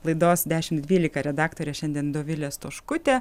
laidos dešim dvylika redaktorė šiandien dovilė stoškutė